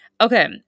Okay